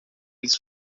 eles